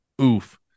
Oof